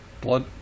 blood